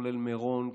כולל מירון,